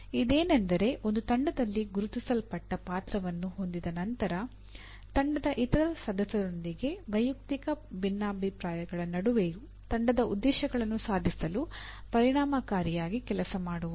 ಇದೇನೆಂದರೆ ಒಂದು ತಂಡದಲ್ಲಿ ಗುರುತಿಸಲ್ಪಟ್ಟ ಪಾತ್ರವನ್ನು ಹೊಂದಿದ ನಂತರ ತಂಡದ ಇತರ ಸದಸ್ಯರೊಂದಿಗೆ ವೈಯಕ್ತಿಕ ಭಿನ್ನಾಭಿಪ್ರಾಯಗಳ ನಡುವೆಯೂ ತಂಡದ ಉದ್ದೇಶಗಳನ್ನು ಸಾಧಿಸಲು ಪರಿಣಾಮಕಾರಿಯಾಗಿ ಕೆಲಸ ಮಾಡುವುದು